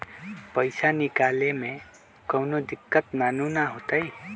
पईसा निकले में कउनो दिक़्क़त नानू न होताई?